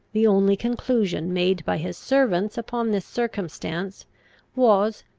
the only conclusion made by his servants upon this circumstance was,